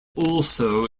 also